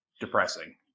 depressing